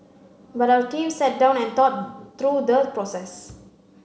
but our team sat down and thought through the process